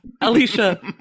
Alicia